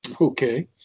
Okay